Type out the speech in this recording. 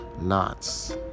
knots